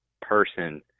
person